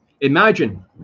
Imagine